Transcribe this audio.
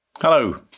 Hello